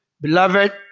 beloved